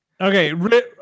Okay